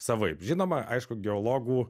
savaip žinoma aišku geologų